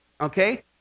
okay